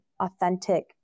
Authentic